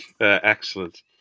Excellent